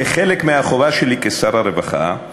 כחלק מהחובה שלי כשר הרווחה,